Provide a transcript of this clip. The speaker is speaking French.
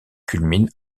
culmine